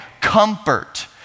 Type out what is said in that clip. comfort